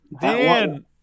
Dan